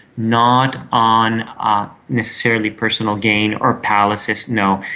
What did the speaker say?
not on a necessarily personal gain or palaces no,